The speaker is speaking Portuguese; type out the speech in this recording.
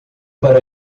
para